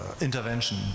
intervention